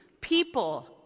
People